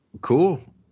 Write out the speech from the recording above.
Cool